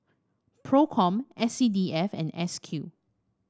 Procom S C D F and S Q